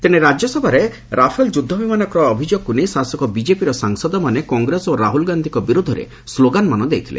ତେଣେ ରାଜ୍ୟସଭାରେ ରାଫେଲ ଯୁଦ୍ଧବିମାନ କ୍ରୟ ଅଭିଯୋଗକୁ ନେଇ ଶାସକ ବିଜେପିର ସାଂସଦମାନେ କଂଗ୍ରେସ ଓ ରାହୁଲଗାନ୍ଧୀଙ୍କ ବିରୁଦ୍ଧରେ ସ୍କୋଗାନମାନ ଦେଇଥିଲେ